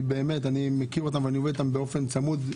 אני מכיר אותם ואני עובד איתם באופן צמוד.